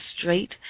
straight